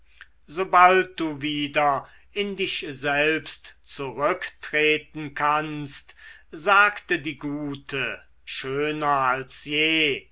sobald du wieder in dich selbst zurücktreten kannst sagte die gute schöner als je